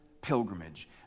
pilgrimage